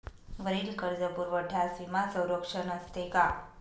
वरील कर्जपुरवठ्यास विमा संरक्षण असते का?